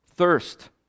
Thirst